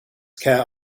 care